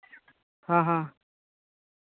ᱦᱮᱸ ᱦᱮᱸ